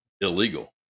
illegal